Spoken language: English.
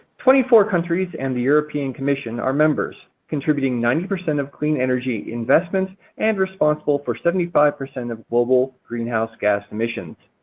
twenty four countries and the european commission are members contributing ninety percent of clean energy investment and responsible for seventy five percent of global greenhouse gas emissions.